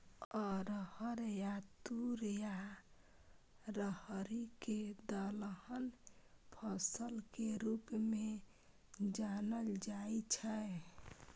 अरहर या तूर या राहरि कें दलहन फसल के रूप मे जानल जाइ छै